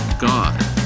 god